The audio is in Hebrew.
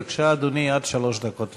בבקשה, אדוני, עד שלוש דקות לרשותך.